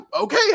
okay